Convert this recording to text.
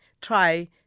try